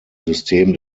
system